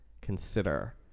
consider